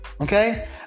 Okay